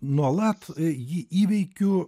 nuolat jį įveikiu